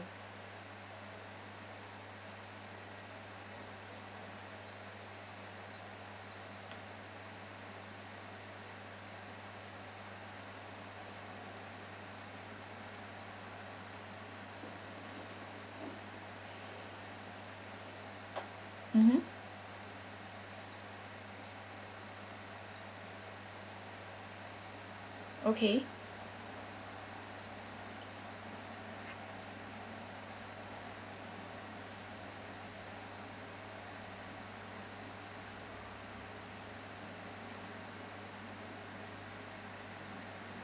mmhmm okay